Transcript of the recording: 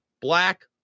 black